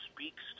speaks